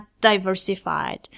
diversified